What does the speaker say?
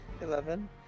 Eleven